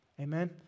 Amen